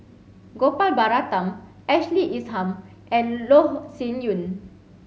Gopal Baratham Ashley Isham and Loh Sin Yun